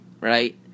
right